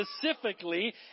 specifically